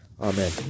Amen